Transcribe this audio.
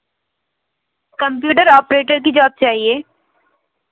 computer operator की job चाहिए